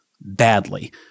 badly